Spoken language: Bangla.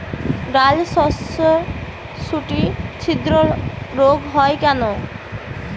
ডালশস্যর শুটি ছিদ্র রোগ হয় কেন?